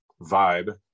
vibe